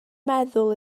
meddwl